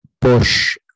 Bush